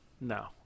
no